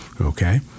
Okay